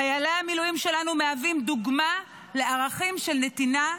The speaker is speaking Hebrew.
חיילי המילואים שלנו מהווים דוגמה לערכים של נתינה,